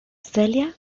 celia